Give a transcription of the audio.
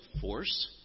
force